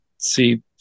see